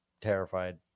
terrified